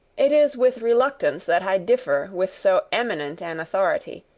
it is with reluctance that i differ with so eminent an authority,